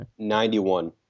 91